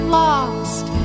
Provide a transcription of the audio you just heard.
lost